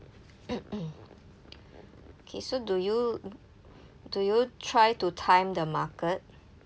okay so do you do you try to time the market